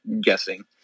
guessing